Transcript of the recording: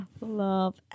Love